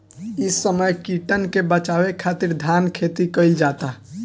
इ समय कीटन के बाचावे खातिर धान खेती कईल जाता